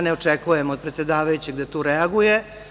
Ne očekujem od predsedavajućeg da tu reaguje.